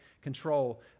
control